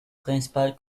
principal